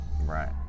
right